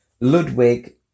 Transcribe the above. Ludwig